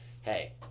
hey